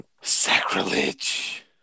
Sacrilege